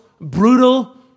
brutal